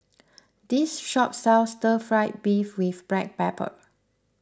this shop sells Stir Fry Beef with Black Pepper